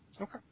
Okay